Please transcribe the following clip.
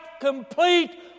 complete